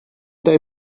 they